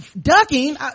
ducking